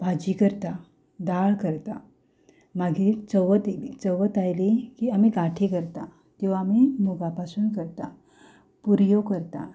भाजी करता दाळ करता मागीर चवथ आयली की आमी गांठी करता त्यो आमी मुगा पासून करता पुरयो करता